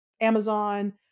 Amazon